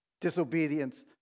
Disobedience